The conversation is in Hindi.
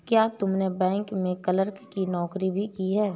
क्या तुमने बैंक में क्लर्क की नौकरी भी की है?